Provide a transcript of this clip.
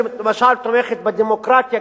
שלמשל תומכת בדמוקרטיה,